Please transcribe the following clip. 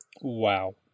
Wow